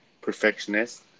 perfectionist